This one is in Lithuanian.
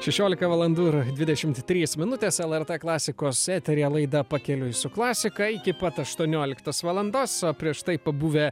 šešiolika valandų ir dvidešimt trys minutės lrt klasikos eteryje laida pakeliui su klasika iki pat aštuonioliktos valandos o prieš tai pabuvę